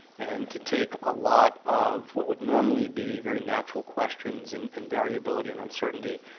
and to take a lot of what would normally be very natural questions and in variability and uncertainty,